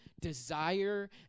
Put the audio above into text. desire